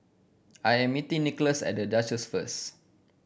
I'm meeting Nickolas at The Duchess first